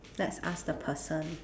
let's ask the person